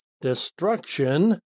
destruction